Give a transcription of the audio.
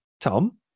Tom